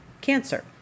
Cancer